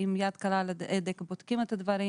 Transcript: יד קלה על ההדק, בודקים את הדברים.